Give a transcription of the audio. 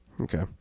Okay